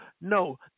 No